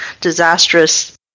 disastrous